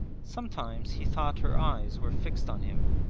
sometimes he thought her eyes were fixed on him,